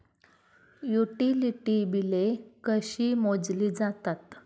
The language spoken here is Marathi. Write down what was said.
युटिलिटी बिले कशी मोजली जातात?